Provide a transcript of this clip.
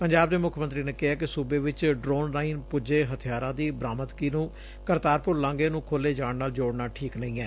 ਪੰਜਾਬ ਦੇ ਮੁੱਖ ਮੰਤਰੀ ਨੇ ਕਿਹੈ ਕਿ ਸੂਬੇ ਵਿਚ ਡਰੋਨ ਰਾਹੀਂ ਪੁੱਜੇ ਹਥਿਆਰਾਂ ਦੀ ਬਰਾਮਦਗੀ ਨੂੰ ਕਰਤਾਰਪੂਰ ਲਾਂਗੇ ਨੂੰ ਖੋਲ੍ਹੇ ਜਾਣ ਨਾਲ ਜੋੜਨਾ ਠੀਕ ਨਹੀਂ ਐ